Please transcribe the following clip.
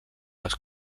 les